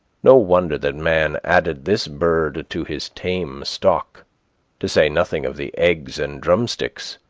no wonder that man added this bird to his tame stock to say nothing of the eggs and drumsticks.